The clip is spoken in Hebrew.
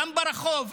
גם ברחוב,